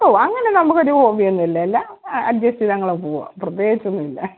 ഓ അങ്ങനെ നമുക്കൊരു ഹോബിയൊന്നും ഇല്ല എല്ലാം അഡ്ജസ്റ്റ് ചെയ്ത് അങ്ങോട്ട് പോവുക പ്രത്യേകിച്ച് ഒന്നും ഇല്ല